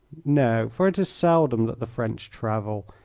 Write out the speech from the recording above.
no, for it is seldom that the french travel.